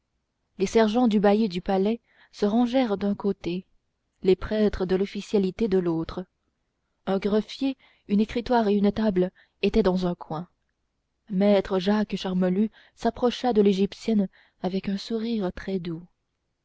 les sergents du bailli du palais se rangèrent d'un côté les prêtres de l'officialité de l'autre un greffier une écritoire et une table étaient dans un coin maître jacques charmolue s'approcha de l'égyptienne avec un sourire très doux